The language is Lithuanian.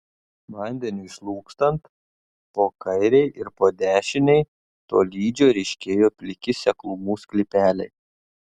vandeniui slūgstant po kairei ir po dešinei tolydžio ryškėjo pliki seklumų sklypeliai